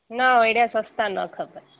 न एॾा सस्ता न खपनि